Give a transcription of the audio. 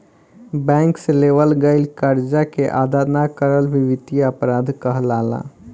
bank से लेवल गईल करजा के अदा ना करल भी बित्तीय अपराध कहलाला